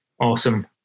awesome